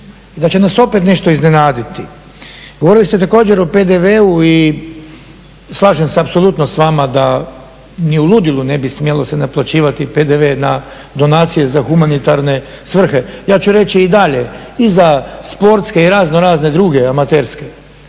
da će nas opet nešto iznenaditi. Govorili ste također o PDV-u i slažem se apsolutno s vama da ni u ludilu ne bi smjelo naplaćivati PDV na donacije za humanitarne svrhe, ja ću reći i dalje i za sportske raznorazne druge amaterske.